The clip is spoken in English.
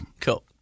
Cool